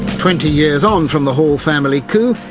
twenty years on from the hall family coup,